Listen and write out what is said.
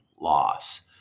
loss